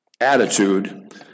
attitude